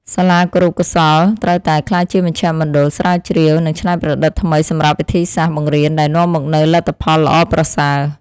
សាលាគរុកោសល្យត្រូវតែក្លាយជាមជ្ឈមណ្ឌលស្រាវជ្រាវនិងច្នៃប្រឌិតថ្មីសម្រាប់វិធីសាស្ត្របង្រៀនដែលនាំមកនូវលទ្ធផលល្អប្រសើរ។